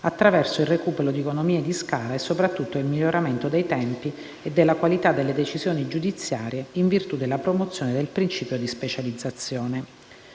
attraverso il recupero di economie di scala e, soprattutto, il miglioramento dei tempi e della qualità delle decisioni giudiziarie in virtù della promozione del principio di specializzazione.